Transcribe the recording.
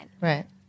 Right